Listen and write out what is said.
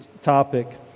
topic